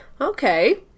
Okay